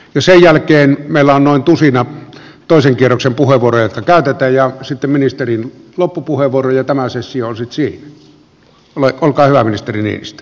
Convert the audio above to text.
sen jälkeen meillä on noin tusina toisen kierroksen puheenvuoroja jotka käytetään ja sitten ministerin loppupuheenvuoro ja tämä sessio on sitten siinä